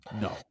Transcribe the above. no